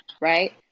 right